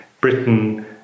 Britain